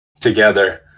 together